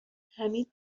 حمید